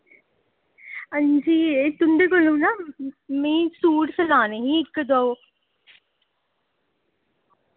हांजी एह् तुंदे कोलो ना मैं सूट सिलाने हे इक दो